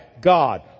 God